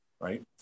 right